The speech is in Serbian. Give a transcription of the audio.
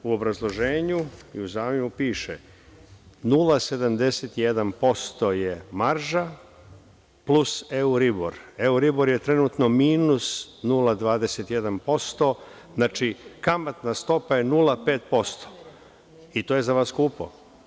U obrazloženju zakona piše: „0,71% je marža, plus Euribor je trenutno minus 0,21%, znači, kamatna stopa je 0,5%, i to je za vas skupo?